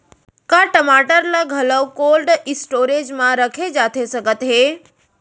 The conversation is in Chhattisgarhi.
का टमाटर ला घलव कोल्ड स्टोरेज मा रखे जाथे सकत हे?